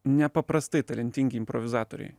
nepaprastai talentingi improvizatoriai